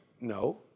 No